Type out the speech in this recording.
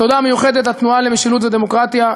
תודה מיוחדת לתנועה למשילות ודמוקרטיה,